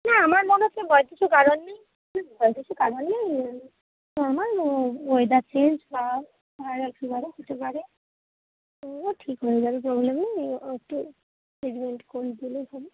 না আমার মনে হচ্ছে ভয়ের কিছু কারণ নেই হুম ভয়ের কিছু কারণ নেই এমনি নর্মাল ও ওয়েদার চেঞ্জ বা ভাইরাল ফিভারও হতে পারে ও ঠিক হয়ে যাবে প্রবলেম নেই ও ও একটু ট্রিটমেন্ট করিয়ে দিলেই হবে